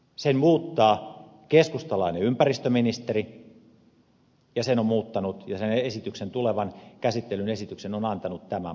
sen muuttaa keskustalainen ympäristöministeri ja sen on muuttanut ja sen tulevan käsittelyn esityksen on antanut tämän maan hallitus